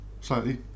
slightly